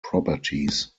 properties